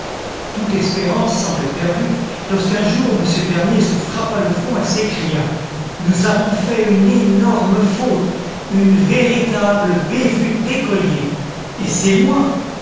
toute espérance semblait perdue lorsqu'un jour m bernier se frappa le front et s'écria nous avons fait une énorme faute une véritable bévue d'écoliers et c'est moi